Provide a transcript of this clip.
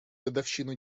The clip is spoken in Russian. годовщину